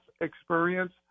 experience